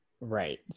Right